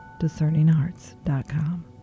discerninghearts.com